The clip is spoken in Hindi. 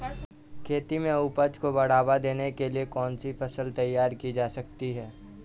खेती में उपज को बढ़ावा देने के लिए कौन सी फसल तैयार की जा सकती है?